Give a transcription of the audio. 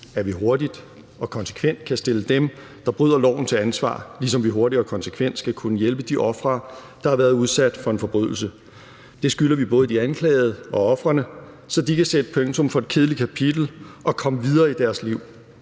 at vi hurtigt og konsekvent kan stille dem, der bryder loven, til ansvar, ligesom vi hurtigt og konsekvent skal kunne hjælpe de ofre, der har været udsat for en forbrydelse. Det skylder vi både de anklagede og ofrene, så de kan sætte punktum for et kedeligt kapitel og komme videre i deres liv.